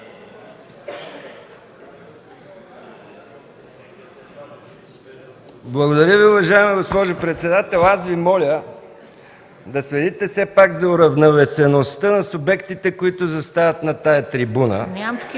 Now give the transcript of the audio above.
Благодаря Ви, уважаема госпожо председател. Аз Ви моля да следите все пак за уравновесеността на субектите, които застават на тази трибуна.